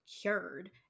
cured